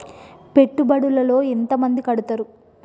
పెట్టుబడుల లో ఎంత మంది కడుతరు?